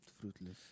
fruitless